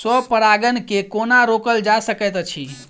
स्व परागण केँ कोना रोकल जा सकैत अछि?